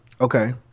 okay